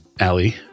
Ali